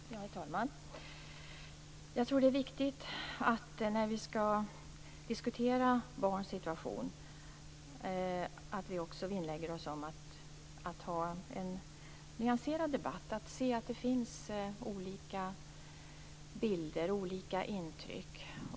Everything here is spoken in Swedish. Herr talman! Jag tror att det är viktigt att vi, när vi skall diskutera barnens situation, också vinnlägger oss om att ha en nyanserad debatt, att se att det finns olika bilder och olika intryck.